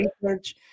research